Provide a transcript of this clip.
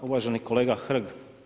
Uvaženi kolega Hrg.